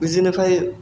बिनिफ्राय